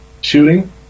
shooting